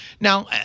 Now